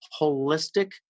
holistic